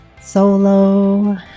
solo